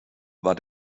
war